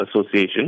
Association